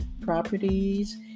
properties